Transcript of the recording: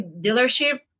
dealership